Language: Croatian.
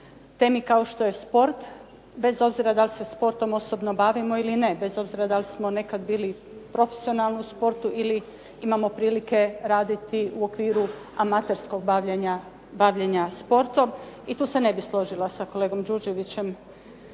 temi kao što je sport, bez obzira da li se sportom osobnom bavimo ili ne, bez obzira da li smo nekad bili u profesionalnom sportu ili imamo prilike raditi u okviru amaterskog bavljenja sportom, i tu se ne bih složila sa kolegom Đurđevićem